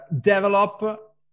develop